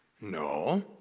No